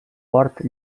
port